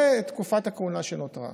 ואת תקופת הכהונה שנותרה.